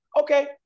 Okay